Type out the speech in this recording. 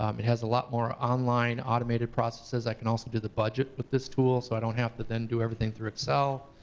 um it has a lot more online automated processes. i can also do the budget with this tool. so i don't have to then do everything through excel,